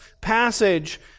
passage